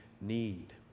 need